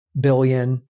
billion